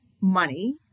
money